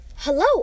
Hello